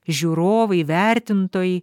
žiūrovai vertintojai